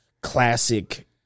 classic